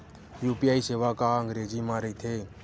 UPI सेवा का अंग्रेजी मा रहीथे?